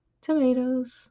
tomatoes